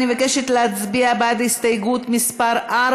אני מבקשת להצביע על הסתייגות מס' 4,